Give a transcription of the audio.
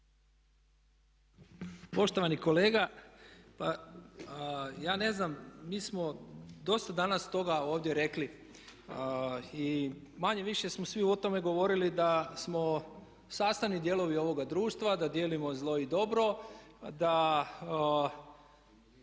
Poštovani kolega pa ja ne znam mi smo dosta danas toga ovdje rekli i manje-više smo svi o tome govorili da smo sastavni dijelovi ovoga društva, da dijelimo zlo i dobro, da